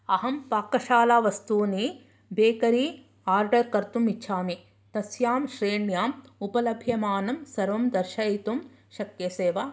अहं पाकशालावस्तूनि bakery order कर्तुम् इच्छामि तस्यां श्रेण्याम् उपलभ्यमानं सर्वं दर्शयितुं शक्यसे वा